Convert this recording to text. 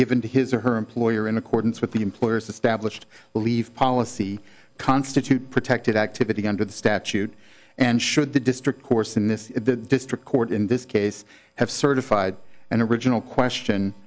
given to his or her employer in accordance with the employer's established believe policy constitute protected activity under the statute and should the district course in this district court in this case have certified and original question